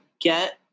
get